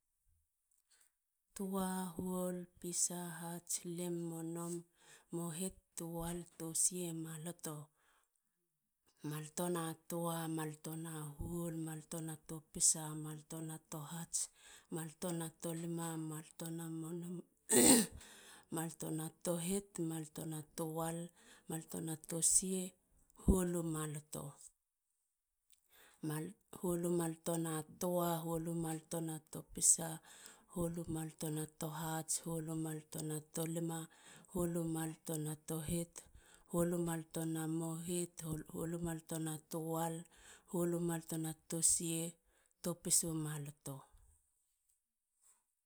Tua. huol. pisa. hats. lim. nom. mohit. tual. tosie. maloto. maloto na tua,. maloto na huol. maloto na topisa. maloto na tohats. maloto na tolima. maloto na tonom. maloto na tohit. maloto na tuwal. maloto na tosie. Huol u maloto. huol u maloto na tua. huol u maloto na topisa. huol u maloto na tohats. huol u maloto na tohit. huol u maloto na tolima. huol u maloto na tohit. huol u maloto na mohit na tuwal. huol u maloto na huol. topisu maloto.